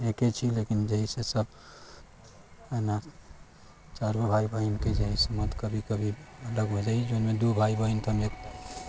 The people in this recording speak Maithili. एके छी लेकिन जे हय सब है न चारू भाइ बहिन के जे हय से मत कभी कभी अलग भऽ जाइया जाहि मे दू भाइ बहिन तऽ हम एक